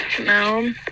no